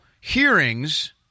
hearings